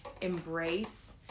embrace